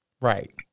right